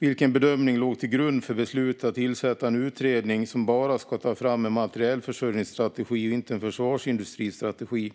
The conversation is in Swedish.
Vilken bedömning låg till grund för beslutet att tillsätta en utredning som bara ska ta fram en materielförsörjningsstrategi och inte en försvarsindustristrategi?